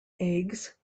eggs